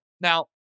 Now